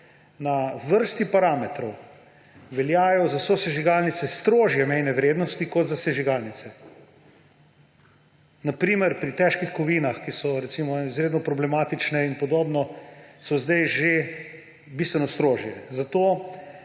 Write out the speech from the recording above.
Na vrsti parametrov veljajo za sosežigalnice strožje mejne vrednosti kot za sežigalnice. Na primer pri težkih kovinah, ki so, recimo, izredno problematične, so sedaj že bistveno strožje. Zato